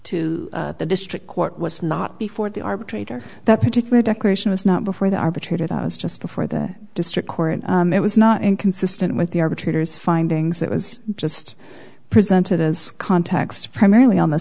to the district court was not before the arbitrator that particular declaration was not before the arbitrator that was just before the district court it was not inconsistent with the arbitrator's findings that was just presented as context primarily on the